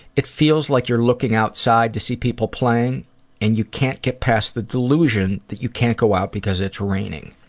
it feels like you're looking outside to see people playing and you can't get past the delusion that you can't go out because it's raining.